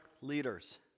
leaders